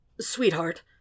Sweetheart